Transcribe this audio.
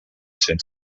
cent